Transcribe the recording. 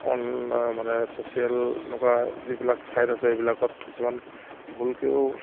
on মানে social এনেকুৱা যিবিলাক ছাইট আছে এইবিলাকত কিছুমান ভুলকৈও